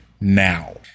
now